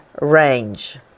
range